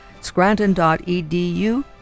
scranton.edu